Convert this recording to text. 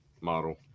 model